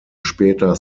später